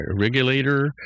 regulator